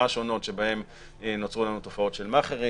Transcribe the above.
השונות שבהן נוצרו לנו תופעות של מאכרים